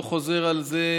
אני לא חוזר על זה,